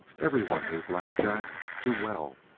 everyone knew black jack too well!